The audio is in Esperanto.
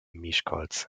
miskolc